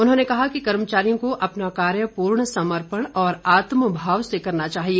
उन्होंने कहा कि कर्मचारियों को अपना कार्य पूर्ण समर्पण और आत्मभाव से करना चाहिए